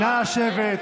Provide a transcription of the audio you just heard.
נא לשבת.